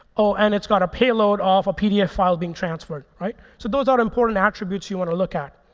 oh, and it's got a payload off a pdf file being transferred, right? so those are important attributes you want to look at.